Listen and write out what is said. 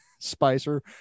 Spicer